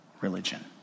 religion